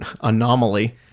anomaly